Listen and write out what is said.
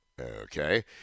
Okay